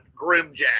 Grimjack